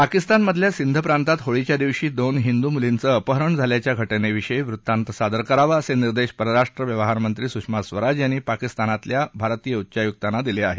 पाकिस्तानमधल्या सिंध प्रांतात होळीच्या दिवशी दोन हिंदू मुलींचं अपहरण झाल्याच्या घटनेविषयी वृत्तांत सादर करावा असे निर्देश परराष्ट्र व्यवहारमंत्री सुषमा स्वराज यांनी पाकिस्तानातल्या भारतीय उच्चायुक्तांना दिले आहेत